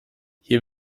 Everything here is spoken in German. hier